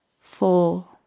Four